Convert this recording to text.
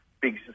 big